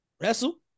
Wrestle